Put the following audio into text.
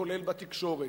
כולל בתקשורת.